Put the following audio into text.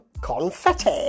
confetti